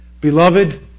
Beloved